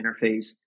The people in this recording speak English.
interface